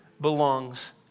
belongs